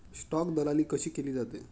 Stock दलाली कशी केली जाते?